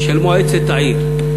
של מועצת העיר,